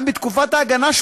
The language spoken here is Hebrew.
גם בתקופת ההגנה,